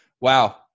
wow